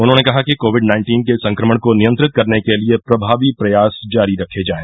उन्होंने कहा कि कोविड नाइन्टीन के संक्रमण को नियंत्रित करने के लिये प्रभावी प्रयास जारी रखे जाए